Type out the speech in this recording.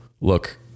look